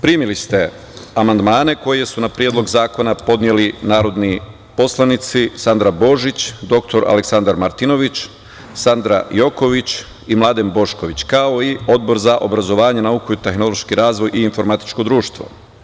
Primili ste amandmane koje su na Predlog zakona podneli narodni poslanici Sandra Božić, dr12 Aleksandar Martinović, Sandra Joković i Mladen Bošković, kao i Odbor za obrazovanje, nauku i tehnološki razvoj i informatičko društvo.